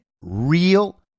real